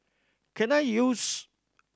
can I use